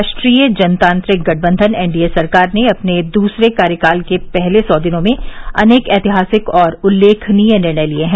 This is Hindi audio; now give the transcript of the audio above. राष्ट्रीय जनतांत्रिक गठबंधन एनडीए सरकार ने अपने दूसरे कार्यकाल के पहले सौ दिनों में अनेक ऐतिहासिक और उल्लेखनीय निर्णय लिये हैं